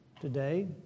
today